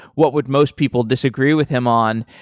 what would most people disagree with him on?